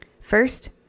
First